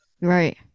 Right